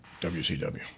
WCW